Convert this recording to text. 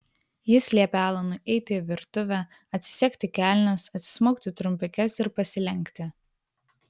jis liepė alanui eiti į virtuvę atsisegti kelnes atsismaukti trumpikes ir pasilenkti